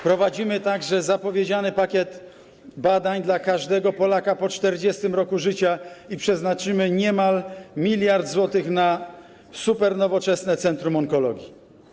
Wprowadzimy także zapowiedziany pakiet badań dla każdego Polaka po 40. roku życia i przeznaczymy niemal miliard złotych na supernowoczesne centrum onkologii.